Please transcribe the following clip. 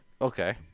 Okay